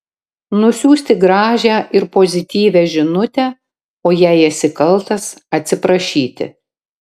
nusiųsti gražią ir pozityvią žinutę o jei esi kaltas atsiprašyti